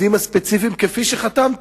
עובדים ספציפיים, כפי שחתמתם.